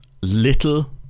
little